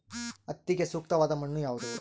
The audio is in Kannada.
ಹತ್ತಿಗೆ ಸೂಕ್ತವಾದ ಮಣ್ಣು ಯಾವುದು?